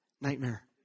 nightmare